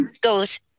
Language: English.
goes